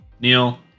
Neil